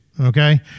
okay